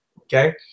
okay